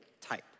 type